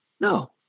No